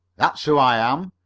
that's who i am.